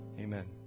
Amen